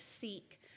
seek